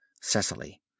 Cecily